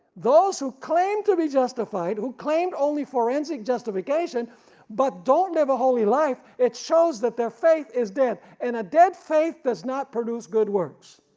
those who claim to be justified, who claimed only forensic justification but don't live a holy life it shows that their faith is dead, and dead faith does not produce good works.